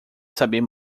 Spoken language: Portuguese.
saber